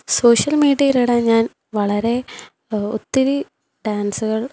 social മീഡിയയിൽ ഇലിടാൻ ഞാൻ വളരെ ഒത്തിരി ഡാൻസുകൾ